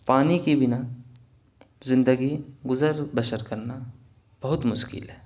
پانی کے بنا زندگی گزر بسر کرنا بہت مشکل ہے